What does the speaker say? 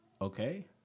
Okay